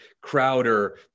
Crowder